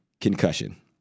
Concussion